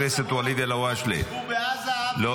חבר הכנסת ואליד אלהואשלה, לא נמצא.